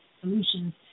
solutions